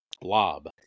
Blob